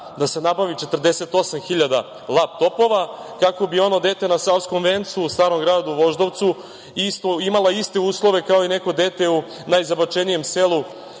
da se nabavi 48.000 lap-topova, kako bi ono dete na Savskom vencu, u Starom Gradu, Voždovcu imalo iste uslove kao i neko dete u najzabačenijem selu